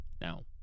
Now